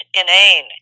inane